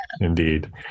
indeed